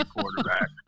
quarterback